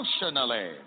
emotionally